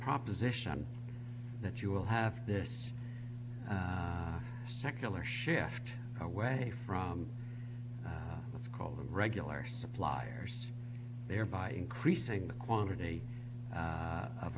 proposition that you will have this secular shaft away from what's called a regular suppliers thereby increasing the quantity